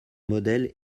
modèle